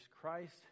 Christ